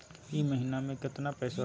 ई महीना मे कतना पैसवा बढ़लेया?